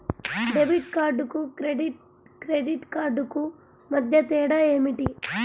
Debit కార్డుకు credit credit కార్డుకు మధ్య తేడా ఏమిటీ?